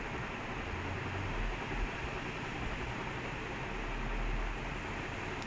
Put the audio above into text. the only problem is they are keeper is very err injury prone